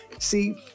See